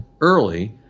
early